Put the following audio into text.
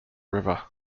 river